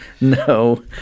No